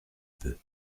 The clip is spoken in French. peu